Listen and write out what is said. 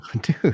Dude